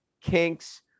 kinks